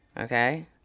okay